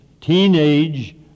teenage